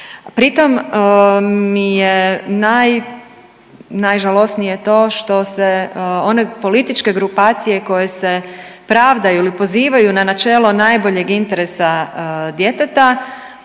pri tom mi je najžalosnije to što se one političke grupacije koje se pravdaju ili pozivaju na načelo najboljeg interesa djeteta